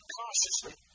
cautiously